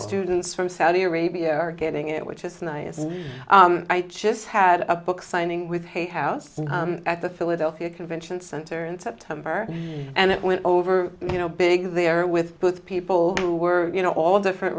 students from saudi arabia are getting it which is nice i just had a book signing with hate house at the philadelphia convention center in september and it went over you know big there with people who were you know all different